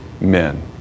men